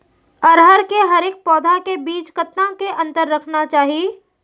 अरहर के हरेक पौधा के बीच कतना के अंतर रखना चाही?